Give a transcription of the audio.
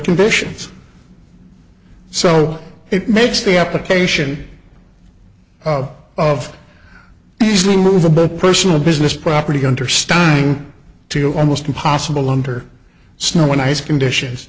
conditions so it makes the application of these movable personal business property understanding to almost impossible under snow and ice conditions